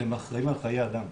אתם אחראים על חיי אדם.